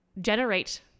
generate